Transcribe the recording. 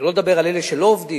שלא לדבר על אלה שלא עובדים,